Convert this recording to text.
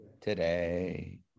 today